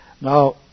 Now